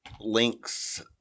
Links